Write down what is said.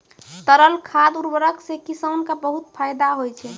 तरल खाद उर्वरक सें किसान क बहुत फैदा होय छै